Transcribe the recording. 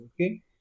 okay